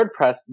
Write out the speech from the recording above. WordPress